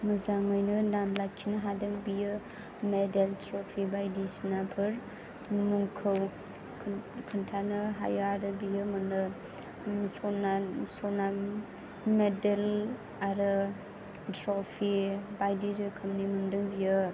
मोजाङैनो नाम लाखिनो हादों बियो मेडेल ट्रफि बायदिसिनाफोर मुंखौ खोन्थानो हाया आरो बियो मोनो सना मेडेल आरो ट्रफि बायदि रोखोमनि मोन्दों बियो